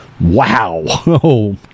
Wow